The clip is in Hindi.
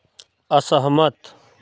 असहमत